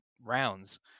rounds